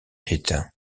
éteint